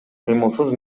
кыймылсыз